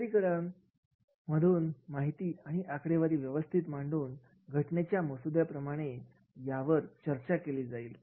सादरीकरण मधून माहिती आणि आकडेवारी व्यवस्थित मांडून घटनेच्या मसूद्याप्रमाणे यावर चर्चा केली जाईल